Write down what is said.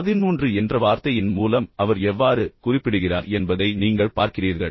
இப்போது பதின்மூன்று என்ற வார்த்தையின் மூலம் அவர் எவ்வாறு குறிப்பிடுகிறார் என்பதை நீங்கள் பார்க்கிறீர்கள்